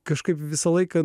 kažkaip visą laiką